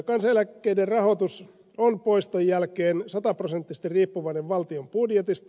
kansaneläkkeiden rahoitus on poiston jälkeen sataprosenttisesti riippuvainen valtion budjetista